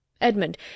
Edmund